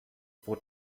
pro